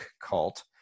cult